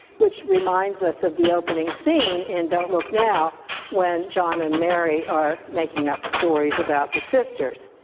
which reminds us of the opening scene in don't look now when john and mary are making up stories about the sisters.